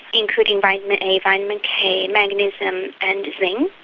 including vitamin a, vitamin k, magnesium and zinc.